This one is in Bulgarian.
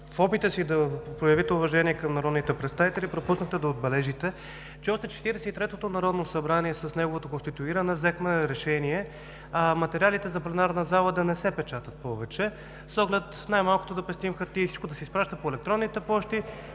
в опита си да проявите уважение към народните представители, пропуснахте да отбележите, че още в Четиридесет и третото народно събрание, с неговото конституиране, взехме решение материалите за пленарната зала да не се печатат повече с оглед най-малкото да пестим хартия и всичко да се изпраща по електронните пощи